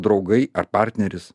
draugai ar partneris